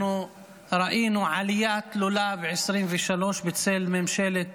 אנחנו ראינו עלייה תלולה ב-2023 בצל ממשלת